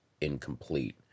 incomplete